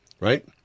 right